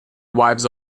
wives